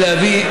העליון,